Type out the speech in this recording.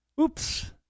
Oops